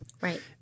Right